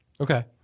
Okay